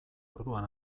orduan